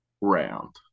round